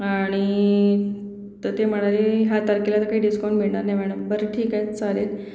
आणि तर ते म्हणाले ह्या तारखेला तर काही डिस्काउण मिळनार नाही मॅणम बरं ठीक आहे चालेल